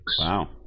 Wow